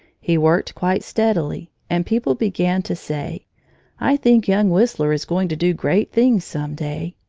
he worked quite steadily and people began to say i think young whistler is going to do great things some day.